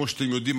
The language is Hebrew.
כמו שאתם יודעים,